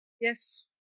Yes